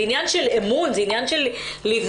זה עניין של אמון ועניין של לבטוח.